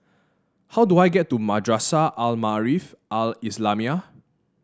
how do I get to Madrasah Al Maarif Al Islamiah